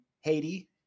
Haiti